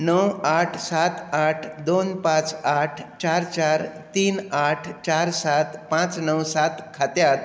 णव आठ सात आठ दोन पांच आठ चार चार तीन आठ चार सात पांच णव सात खात्यांत